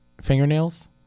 fingernails